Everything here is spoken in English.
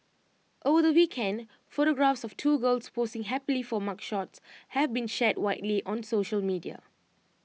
over the weekend photographs of two girls posing happily for mugshots have been shared widely on social media